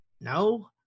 No